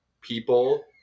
people